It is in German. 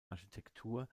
architektur